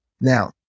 Now